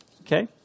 Okay